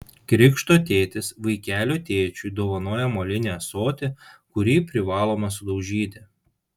krikšto tėtis vaikelio tėčiui dovanoja molinį ąsotį kurį privaloma sudaužyti